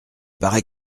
paraît